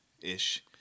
ish